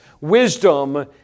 Wisdom